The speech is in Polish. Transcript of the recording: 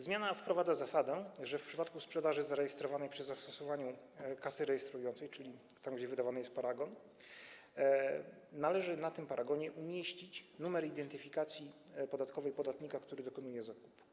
Zmiana wprowadza zasadę, że w przypadku sprzedaży zarejestrowanej przy zastosowaniu kasy rejestrującej, czyli w sytuacji gdy wydawany jest paragon, należy na tym paragonie umieścić numer identyfikacji podatkowej podatnika, który dokonuje zakupu.